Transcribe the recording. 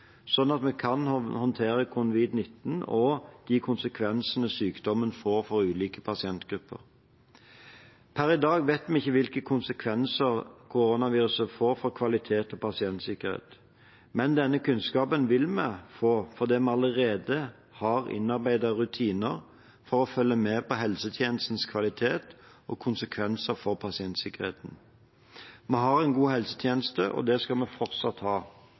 at vi kan håndtere covid-19 og de konsekvensene sykdommen får for ulike pasientgrupper. Per i dag vet vi ikke hvilke konsekvenser koronaviruset får for kvalitet og pasientsikkerhet, men denne kunnskapen vil vi få fordi vi allerede har innarbeidede rutiner for å følge med på helsetjenestens kvalitet og konsekvenser for pasientsikkerheten. Vi har en god helsetjeneste, og det skal vi fortsatt ha.